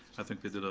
i think they did,